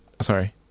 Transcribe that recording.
Sorry